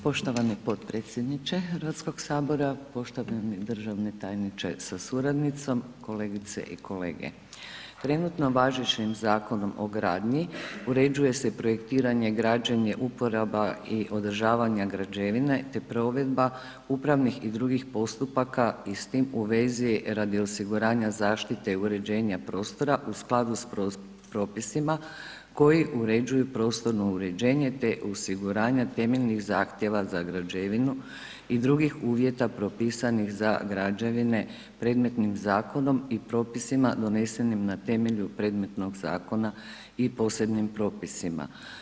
Poštovani potpredsjedniče HS, poštovani državni tajniče sa suradnicom, kolegice i kolege, trenutno važećim Zakonom o gradnji uređuje se projektiranje, građenje, uporaba i održavanje građevine, te provedba upravnih i drugih postupaka i s tim u vezi radi osiguranja zaštite i uređenja prostora u skladu s propisima koji uređuju prostorno uređenje, te osiguranja temeljnih zahtjeva za građevinu i drugih uvjeta propisanih za građevine predmetnim zakonom i propisima donesenim na temelju predmetnog zakona i posebnim propisima.